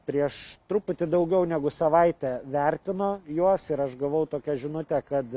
prieš truputį daugiau negu savaitę vertino juos ir aš gavau tokią žinutę kad